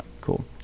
cool